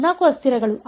14 ಅಸ್ಥಿರಗಳು